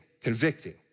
convicting